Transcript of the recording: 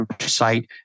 site